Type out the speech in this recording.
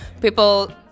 people